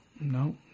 no